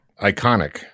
iconic